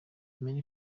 manny